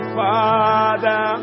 father